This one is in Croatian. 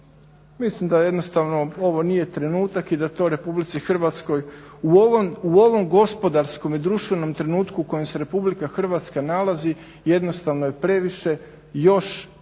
Mislim da jednostavno ovo nije trenutak i da to RH u ovom gospodarskom i društvenom trenutku u kojem se RH nalazi, jednostavno je previše, još jedna